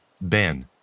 Ben